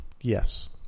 Yes